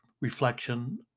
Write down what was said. reflection